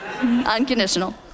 unconditional